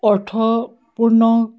অৰ্থপূৰ্ণ